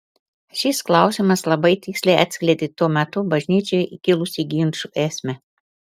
šis klausimas labai tiksliai atskleidė tuo metu bažnyčioje kilusių ginčų esmę